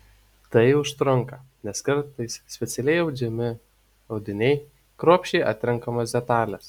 tai užtrunka nes kartais specialiai audžiami audiniai kruopščiai atrenkamos detalės